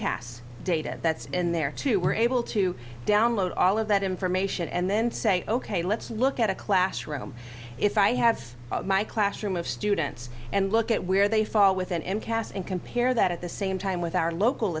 cas data that's in there too we're able to download all of that information and then say ok let's look at a classroom if i have my classroom of students and look at where they fall with and cass and compare that at the same time with our local